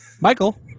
Michael